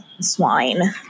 swine